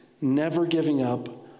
never-giving-up